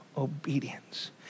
obedience